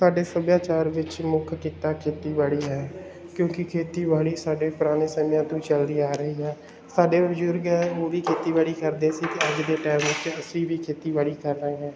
ਸਾਡੇ ਸੱਭਿਆਚਾਰ ਵਿੱਚ ਮੁੱਖ ਕਿੱਤਾ ਖੇਤੀਬਾੜੀ ਹੈ ਕਿਉਂਕਿ ਖੇਤੀਬਾੜੀ ਸਾਡੇ ਪੁਰਾਣੇ ਸਮਿਆਂ ਤੋਂ ਚਲਦੀ ਆ ਰਹੀ ਹੈ ਸਾਡੇ ਬਜ਼ੁਰਗ ਹੈ ਉਹ ਵੀ ਖੇਤੀਬਾੜੀ ਕਰਦੇ ਸੀ ਅਤੇ ਅੱਜ ਦੇ ਟਾਈਮ ਵਿੱਚ ਅਸੀਂ ਵੀ ਖੇਤੀਬਾੜੀ ਕਰ ਰਹੇ ਹਾਂ